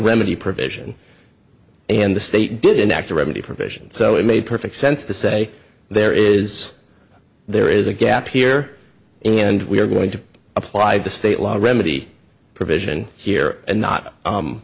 remedy provision and the state didn't act to remedy provisions so it made perfect sense to say there is there is a gap here and we are going to apply the state law remedy provision here and not